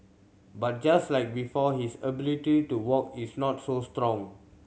but just like before his ability to walk is not so strong